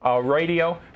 radio